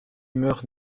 meurt